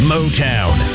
Motown